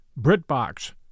BritBox